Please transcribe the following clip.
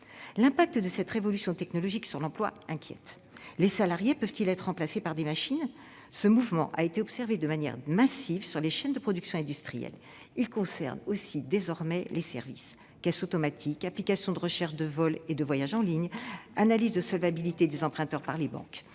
L'impact de cette révolution technologique sur l'emploi inquiète. Les salariés peuvent-ils être remplacés par des machines ? Ce mouvement a déjà été observé de manière massive sur les chaînes de production industrielle. Il concerne aussi désormais les services : caisses automatiques, applications de recherche de vols et de voyages en ligne, analyse de la solvabilité des emprunteurs par les banques